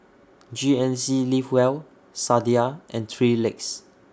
G N C Live Well Sadia and three Legs